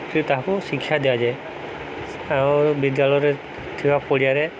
ତାହାକୁ ଶିକ୍ଷା ଦିଆଯାଏ ଆମର ବିଦ୍ୟାଳୟରେ ଥିବା ପଡ଼ିଆରେ